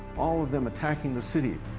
all of them attacking the city.